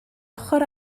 ochr